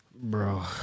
Bro